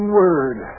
word